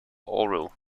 oral